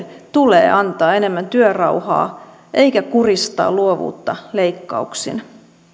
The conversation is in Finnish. tulee antaa enemmän työrauhaa tieteentekijöille eikä kuristaa luovuutta leikkauksin